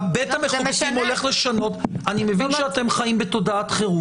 בית המחוקקים הולך לשנות אני מבין שאתם חיים בתודעת חירום.